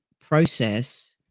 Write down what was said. process